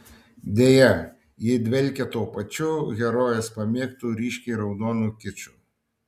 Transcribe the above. deja ji dvelkia tuo pačiu herojės pamėgtu ryškiai raudonu kiču